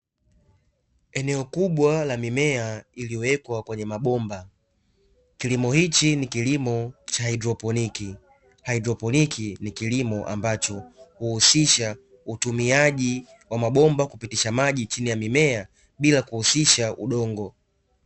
Eneo kubwa la mimea iliyowekwa kwenye mabomba, kilimo hichi ni kilimo cha haidroponi, haidroponi ni kilimo ambacho uhusisha utumiaji wa mabomba kupitisha maji chini ya mimea bila kuhusisha udongo.